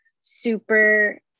super